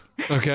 okay